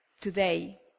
Today